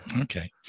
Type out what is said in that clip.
Okay